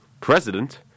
president